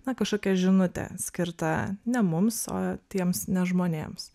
na kažkokia žinutė skirta ne mums o tiems ne žmonėms